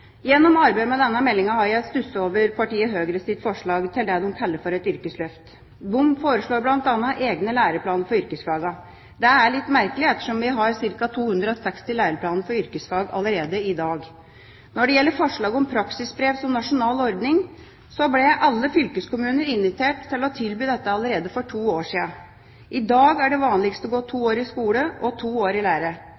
Gjennom arbeidet med denne meldingen har jeg stusset over partiet Høyres forslag til det de kaller et yrkesløft. De foreslår bl.a. egne læreplaner for yrkesfagene. Det er litt merkelig ettersom vi har ca. 260 læreplaner for yrkesfag allerede i dag. Når det gjelder forslag om praksisbrev som nasjonal ordning, ble alle fylkeskommuner invitert til å tilby det allerede for to år siden. I dag er det vanligst å gå to